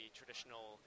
traditional